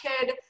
kid